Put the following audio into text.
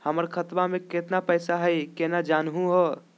हमर खतवा मे केतना पैसवा हई, केना जानहु हो?